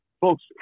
Folks